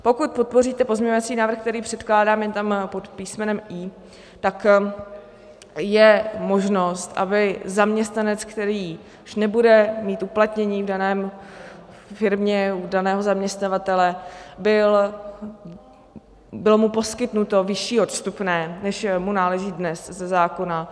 Pokud podpoříte pozměňovací návrh, který předkládám, je tam pod písmenem I, tak je možnost, aby zaměstnanci, který již nebude mít uplatnění v dané firmě u daného zaměstnavatele, bylo poskytnuto vyšší odstupné, než mu náleží dnes ze zákona.